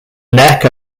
neck